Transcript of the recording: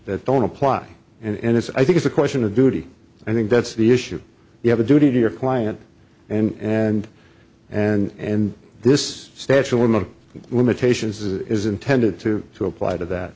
that don't apply and it's i think it's a question of duty i think that's the issue you have a duty to your client and and and this statue of limitations is intended to to apply to that